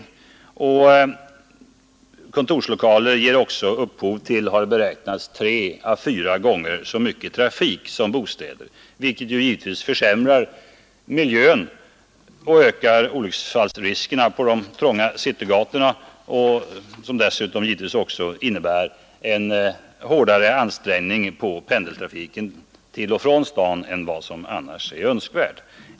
Vidare har man beräknat att kontorslokaler ger upphov till tre å fyra gånger så mycket trafik som bostäder, vilket givetvis försämrar miljön och ökar olycksfallsriskerna på de trånga citygatorna och som dessutom innebär en hårdare ansträngning än önskvärt på pendeltrafiken till och från staden.